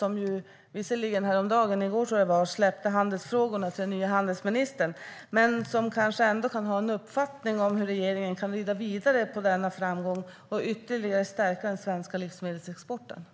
Han släppte visserligen handelsfrågorna till den nya handelsministern häromdagen, men han har kanske ändå en uppfattning om hur regeringen kan rida vidare på denna framgång och stärka svensk livsmedelsexport ytterligare.